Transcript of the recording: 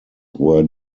were